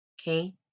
okay